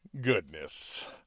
goodness